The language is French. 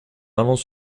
avance